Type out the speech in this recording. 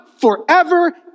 forever